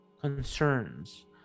concerns